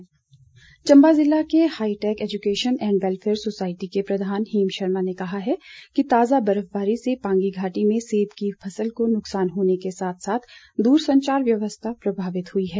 मांग चम्बा जिले की hitech education and welfare society के प्रधान हेम शर्मा ने कहा है कि ताजा बर्फबारी से पांगी घाटी में सेब की फसल को नुकसान होने के साथ साथ दूरसंचार व्यवस्था प्रभावित हुई है